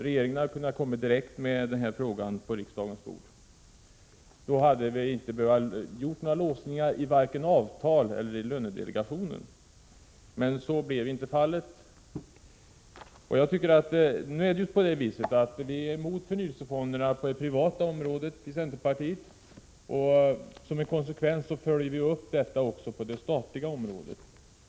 Regeringen hade kunnat lägga detta ärende direkt på riksdagens bord, och det hade då inte behövt bli några låsningar vare sig i avtal eller med lönedelegationen. Så blev dock inte fallet. Vi går i centerpartiet emot förnyelsefonderna på det privata området, och i konsekvens därmed går vi emot sådana också på det statliga området.